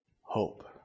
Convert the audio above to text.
hope